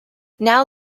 now